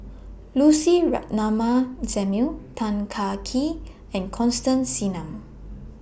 Lucy Ratnammah Samuel Tan Kah Kee and Constance Singam